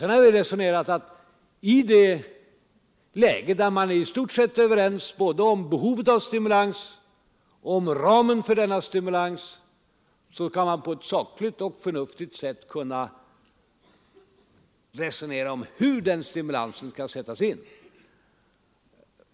Sedan har vi ansett att i ett läge, där man i stort sett är överens både om behovet av stimulans och om ramen för denna stimulans, skall man på ett sakligt och förnuftigt sätt kunna resonera om hur den stimulansen skall sättas in.